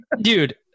dude